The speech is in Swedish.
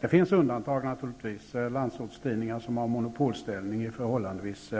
Det finns naturligtvis undantag. Landsortstidningar som har monopolställning i förhållandevis